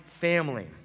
family